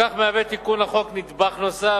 בכך מהווה תיקון החוק נדבך נוסף,